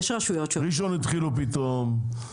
ראשון התחילו פתאום,